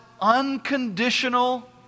unconditional